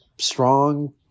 Strong